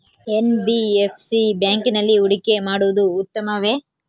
NBFC ಬ್ಯಾಂಕಿನಲ್ಲಿ ಹೂಡಿಕೆ ಮಾಡುವುದು ಉತ್ತಮವೆ?